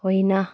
होइन